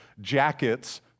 jackets